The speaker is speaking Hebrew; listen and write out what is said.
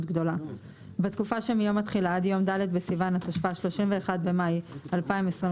63א. בתקופה שמיום התחילה עד יום ד' בסיון התשפ"ה (31 במאי 2025),